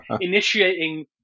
initiating